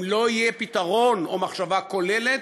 אם לא יהיו פתרון או מחשבה כוללת,